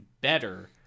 better